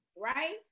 right